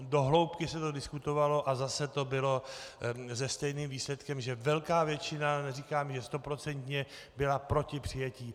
Do hloubky se to diskutovalo a zase se stejným výsledkem, že velká většina, neříkám, že stoprocentně, byla proti přijetí.